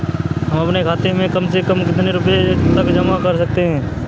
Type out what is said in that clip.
हम अपने खाते में कम से कम कितने रुपये तक जमा कर सकते हैं?